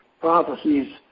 prophecies